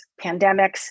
pandemics